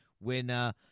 winner